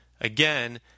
Again